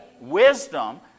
wisdom